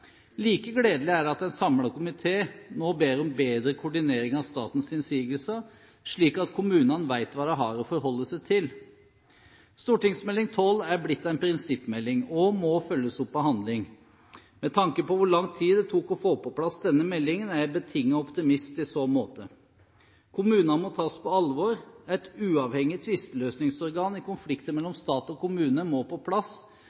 Like gledelig er det at en samlet komité nå ber om bedre koordinering av statens innsigelser, slik at kommunene vet hva de har å forholde seg til. Meld. St. 12 er blitt en prinsippmelding og må følges opp av handling. Med tanke på hvor lang tid det tok å få på plass denne meldingen, er jeg betinget optimist i så måte. Kommunene må tas på alvor, et uavhengig tvisteløsningsorgan i konflikter mellom stat og kommune må på plass,